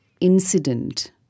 incident